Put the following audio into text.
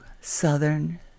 southern